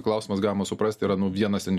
klausimas galima suprasti yra nu vienas ten